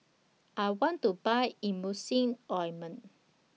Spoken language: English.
I want to Buy Emulsying Ointment